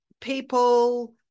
people